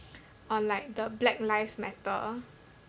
on like the black lives matter